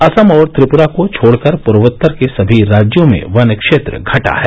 असम और त्रिपुरा को छोड़कर पूर्वोत्तर के सभी राज्यों में वनक्षेत्र घटा है